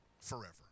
forever